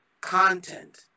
content